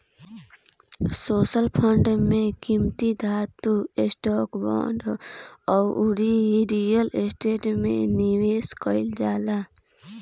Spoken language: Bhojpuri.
सोशल फंड में कीमती धातु, स्टॉक, बांड अउरी रियल स्टेट में निवेश कईल जाला